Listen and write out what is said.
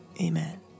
Amen